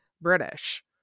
British